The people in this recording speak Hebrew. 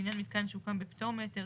לעניין מיתקן שהוקם בפטור מהיתר,